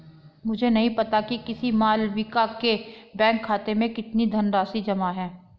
मुझे नही पता कि किसी मालविका के बैंक खाते में कितनी धनराशि जमा है